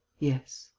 yes,